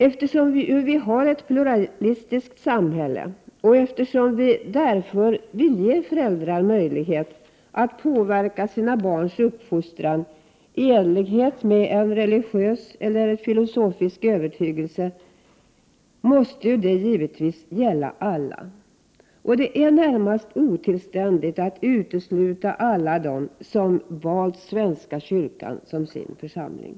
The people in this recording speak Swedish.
Eftersom vi har ett pluralistiskt samhälle och därför vill ge föräldrar möjlighet att påverka sina barns uppfostran i enlighet med en religiös eller filosofisk övertygelse, måste detta givetvis gälla alla. Det är närmast otillständigt att utesluta alla dem som valt svenska kyrkan som sin församling.